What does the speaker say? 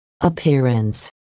appearance